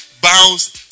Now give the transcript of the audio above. bounce